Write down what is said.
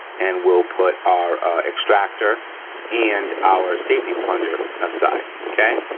and we'll put our extractor and our safety plunger aside, okay.